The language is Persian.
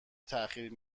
تاخیر